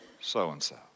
so-and-so